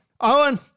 Owen